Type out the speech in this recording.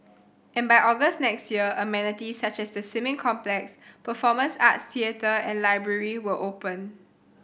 and by August next year amenities such as the swimming complex performance arts theatre and library will open